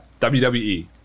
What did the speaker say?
WWE